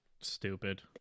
stupid